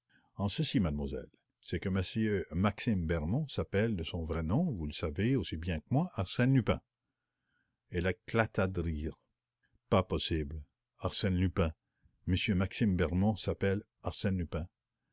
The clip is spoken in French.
en ceci mademoiselle c'est que m maxime bermond s'appelle de son vrai nom vous le savez aussi bien que moi arsène lupin elle éclata de rire pas possible arsène lupin